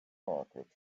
market